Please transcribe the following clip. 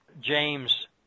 James